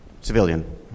Civilian